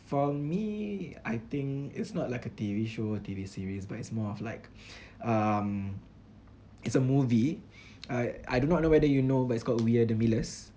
for me I think it's not like a T_V show T_V series but it's more of like um it's a movie uh I do not know whether you know but it's called we're the millers